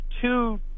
two